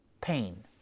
pain